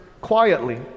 quietly